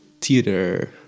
theater